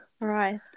right